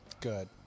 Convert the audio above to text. Good